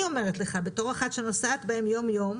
אני אומרת לך בתור אחת שנוסעת בהם יום יום,